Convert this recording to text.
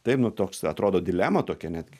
tai nu toks atrodo dilema tokia netgi